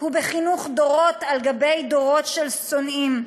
ובחינוך דורות על דורות של שונאים,